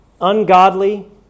ungodly